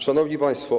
Szanowni Państwo!